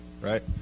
right